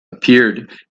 appeared